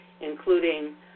including